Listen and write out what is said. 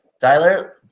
Tyler